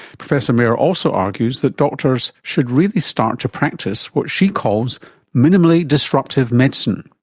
professor mair also argues that doctors should really start to practice what she calls minimally disruptive medicine.